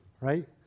right